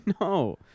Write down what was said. no